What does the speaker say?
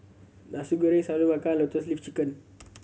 Nasi Goreng Sagu Melaka Lotus Leaf Chicken